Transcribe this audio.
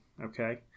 Okay